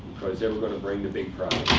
because they were going to bring the big prize.